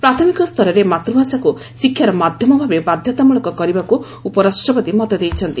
ପ୍ରାଥମିକ ସ୍ତରରେ ମାତୃଭାଷାକୁ ଶିକ୍ଷାର ମାଧ୍ୟମ ଭାବେ ବାଧ୍ୟତାମୂଳକ କରିବାକୁ ଉପରାଷ୍ଟ୍ରପତି ମତ ଦେଇଛନ୍ତି